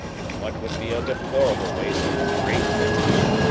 from what would be a deplorable waste of a great vintage.